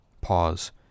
Pause